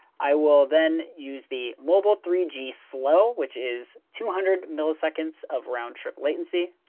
i will then use the mobile three g slow which is two hundred milliseconds of round trip latency.